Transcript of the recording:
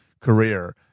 career